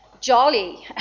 jolly